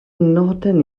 nodyn